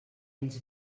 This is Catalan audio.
ens